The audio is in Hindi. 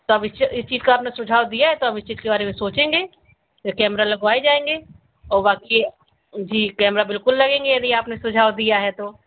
तो अब इस इस चीज का आपने सुझाव दिया है तो अब इस चीज के बारे में सोचेंगे केमरा लगवाएंगे जाएंगे और बाकी जी केमरा बिल्कुल लगेंगे यदि आपने सुझाव दिया है तो